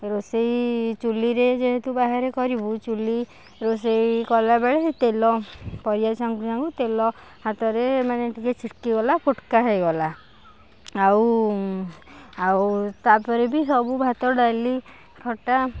ରୋଷେଇ ଚୁଲିରେ ଯେହେତୁ ବାହାରେ କରିବୁ ଚୁଲି ରୋଷେଇ କଲାବେଳେ ତେଲ ପରିବା ଛାଣୁ ଛାଣୁ ତେଲ ହାତରେ ମାନେ ଟିକେ ଛିଟିକି ଗଲା ଫୁଟୁକା ହେଇଗଲା ଆଉ ଆଉ ତା'ପରେ ବି ସବୁ ଭାତ ଡାଲି ଖଟା